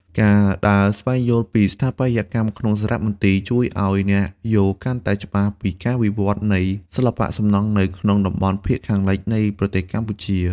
ការដើរស្វែងយល់ពីស្ថាបត្យកម្មក្នុងសារមន្ទីរ ជួយឱ្យអ្នកយល់កាន់តែច្បាស់ពីការវិវត្តនៃសិល្បៈសំណង់នៅក្នុងតំបន់ភាគខាងលិចនៃប្រទេសកម្ពុជា។